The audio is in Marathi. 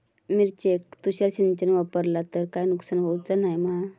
मिरचेक तुषार सिंचन वापरला तर काय नुकसान होऊचा नाय मा?